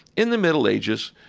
in the middle ages,